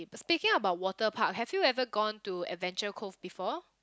thinking about water park have you ever gone to Adventure-Cove before